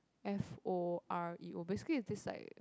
F_O_R_E oh basically is this like